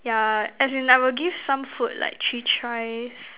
yeah as in I will give some food like three tries